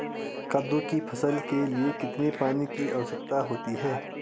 कद्दू की फसल के लिए कितने पानी की आवश्यकता होती है?